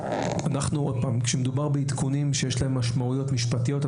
כאשר מדובר בעדכונים שיש להם משמעויות משפטיות,